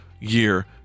year